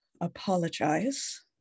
apologize